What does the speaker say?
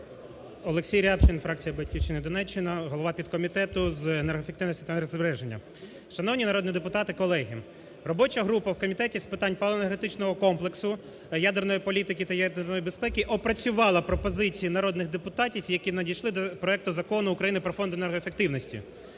Олексій Рябчин, фракція "Батьківщина", Донеччина, голова підкомітету з енергоефективності та енергозбереження. Шановні народні депутати колеги! Робоча група в Комітеті з питань паливно-енергетичного комплексу, ядерної політики та ядерної безпеки опрацювала пропозиції народних депутатів, які надійшли до проекту Закону України про Фонд енергоефективності.